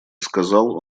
сказал